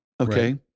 Okay